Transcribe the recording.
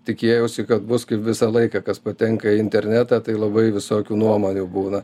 tikėjausi kad bus kaip visą laiką kas patenka į internetą tai labai visokių nuomonių būna